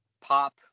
pop